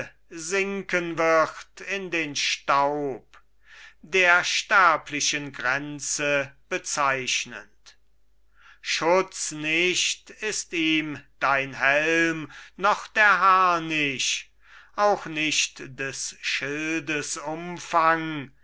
wird in den staub der sterblichen grenze bezeichnend schutz nicht ist ihm dein helm noch der harnisch auch nicht des schildes umfang